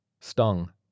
Stung